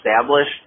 established